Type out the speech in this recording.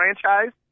franchise